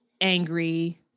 angry